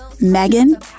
Megan